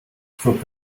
through